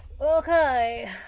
Okay